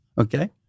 okay